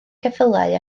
ceffylau